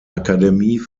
akademie